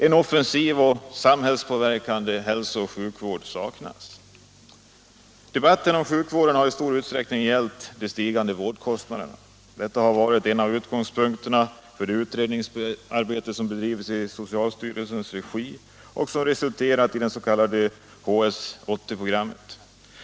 En offensiv och samhällspåverkande hälsooch sjukvård saknas. Debatten om sjukvården har i stor utsträckning gällt de stigande vårdkostnaderna. Detta har varit en av utgångspunkterna för det utredningsarbete som bedrivits i socialstyrelsens regi och som resulterat i det s.k. HS 80-programmet.